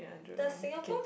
does Singapore